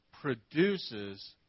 produces